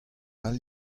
all